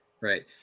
right